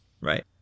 Right